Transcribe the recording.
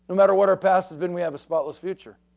matter what our past has been, we have a spotless future.